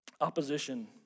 opposition